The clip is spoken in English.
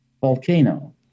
volcano